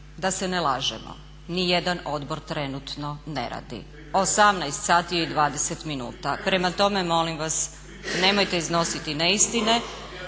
da se ne lažemo nijedan odbor trenutno ne radi, 18 sati je i 20 minuta. Prema tome, molim vas nemojte iznositi neistine.